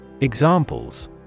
Examples